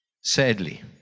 Sadly